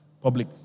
public